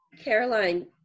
Caroline